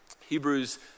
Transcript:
Hebrews